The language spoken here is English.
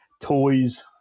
toys